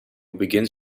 begins